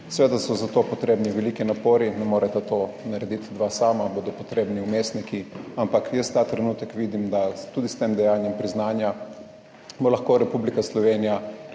Seveda so za to potrebni veliki napori, ne moreta to narediti dva sama, bodo potrebni vmesniki, ampak jaz ta trenutek vidim, da tudi s tem dejanjem priznanja bo lahko Republika Slovenija